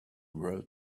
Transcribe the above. world